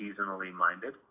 seasonally-minded